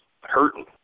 hurting